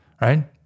right